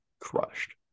crushed